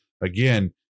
again